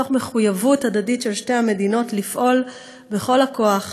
מתוך מחויבות הדדית של שתי המדינות לפעול בכל הכוח